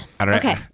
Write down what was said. Okay